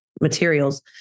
materials